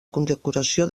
condecoració